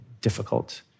difficult